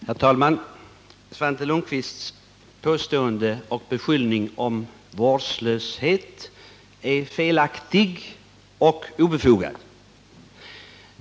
Herr talman! Svante Lundkvists beskyllning för vårdslöshet från min sida är felaktig och obefogad.